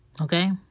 okay